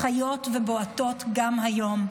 חיות ובועטות גם היום.